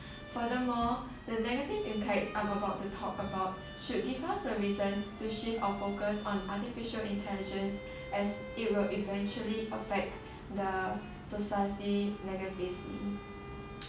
furthermore the negative impacts are about to talk about should give us a reason to shift our focus on artificial intelligence as it will eventually affect the society negatively